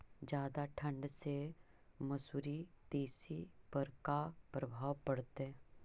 जादा ठंडा से मसुरी, तिसी पर का परभाव पड़तै?